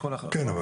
כן,